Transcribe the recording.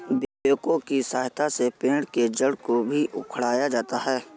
backhoe की सहायता से पेड़ के जड़ को भी उखाड़ा जाता है